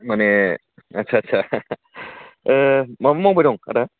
माने आदसा आदसा माबा मावबाय दं आदा